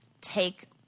take